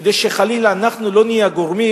כדי שחלילה אנחנו לא נהיה הגורמים,